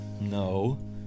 No